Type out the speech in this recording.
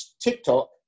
TikTok